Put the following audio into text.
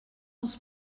els